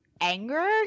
anger